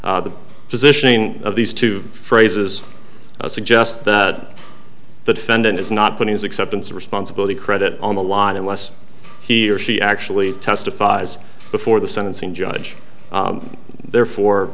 contests the positioning of these two phrases suggests that the defendant is not putting his acceptance of responsibility credit on the line unless he or she actually testifies before the sentencing judge therefore